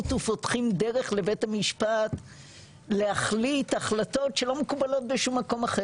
ופותחים דרך לבית המשפט להחליט החלטות שלא מקובלות בשום מקום אחר,